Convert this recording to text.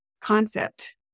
concept